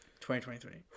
2023